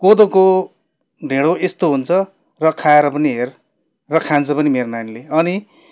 कोदोको ढिँडो यस्तो हुन्छ र खाएर पनि हेर् र खान्छ पनि मेरो नानीले अनि